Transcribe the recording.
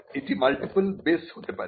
এটি multiple base হতে পারে